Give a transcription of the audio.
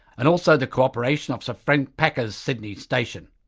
and also the cooperation of sir frank packer's sydney station.